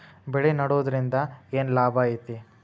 ಬೆಳೆ ನೆಡುದ್ರಿಂದ ಏನ್ ಲಾಭ ಐತಿ?